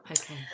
Okay